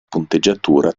punteggiatura